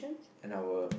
and our